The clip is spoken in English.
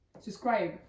Subscribe